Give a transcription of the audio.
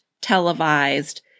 televised